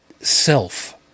self